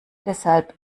deshalb